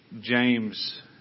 James